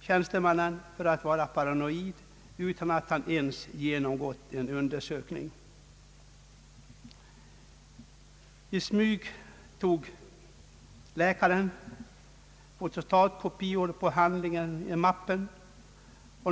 tjänstemannen för att vara paranoid utan att han ens genomgått en undersökning. I smyg tog läkaren fotostatkopior på handlingarna i mappen.